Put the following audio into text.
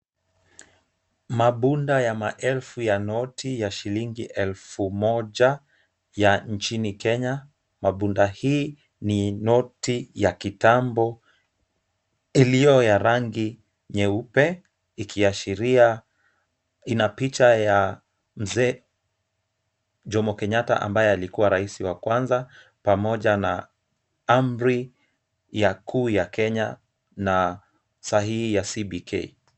Mabunda ya maelfu ya noti ya shilingi elfu moja ya nchini Kenya, mabunda hii ni noti ya kitambo iliyo ya rangi nyeupe ikiashiria ina picha ya Mzee Jomo Kenyatta ambaye alikuwa rais wa kwanza pamoja na amri ya kuu ya Kenya na sahihi ya CBK.